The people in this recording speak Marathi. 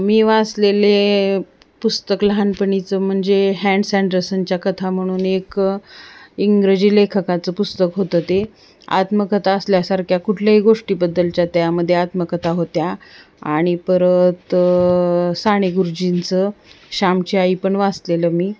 मी वाचलेले पुस्तक लहानपणीचं म्हणजे हँड्स अँड रसनच्या कथा म्हणून एक इंग्रजी लेखकाचं पुस्तक होतं ते आत्मकथा असल्यासारख्या कुठल्याही गोष्टीबद्दलच्या त्यामध्ये आत्मकथा होत्या आणि परत साने गुरुजींचं श्यामची आई पण वाचलेलं मी